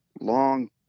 long